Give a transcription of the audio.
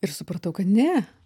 ir supratau kad ne